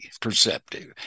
perceptive